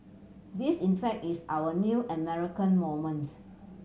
this in fact is our new American moment